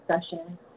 discussion